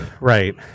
right